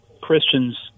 Christians